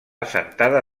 assentada